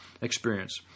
experience